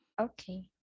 Okay